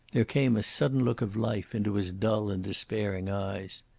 there came a sudden look of life into his dull and despairing eyes.